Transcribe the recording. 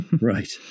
right